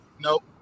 Nope